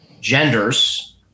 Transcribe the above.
genders